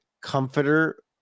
comforter